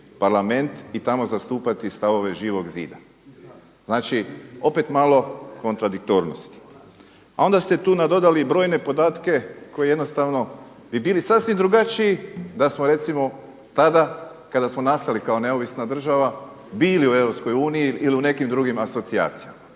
Parlament i tamo zastupati stavove Živog zida. Znači, opet malo kontradiktornosti. Onda ste tu nadodali i brojne podatke koji jednostavno bi bili sasvim drugačiji da smo recimo tada kada smo nastali kao neovisna država bili u Europskoj uniji ili u nekim drugim asocijacijama,